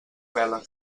vela